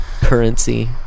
currency